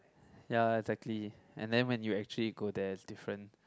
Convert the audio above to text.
ya exactly and then when you actually go there is different